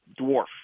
dwarf